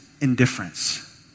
indifference